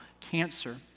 cancer